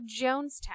Jonestown